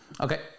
Okay